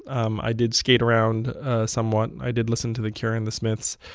um i did skate around somewhat. i did listen to the cure and the smiths.